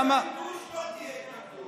לא יהיה כיבוש, לא תהיה התנגדות.